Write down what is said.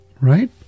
right